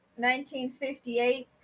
1958